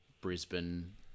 Brisbane